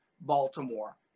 Baltimore